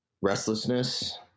restlessness